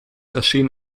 erschien